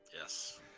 Yes